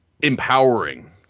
empowering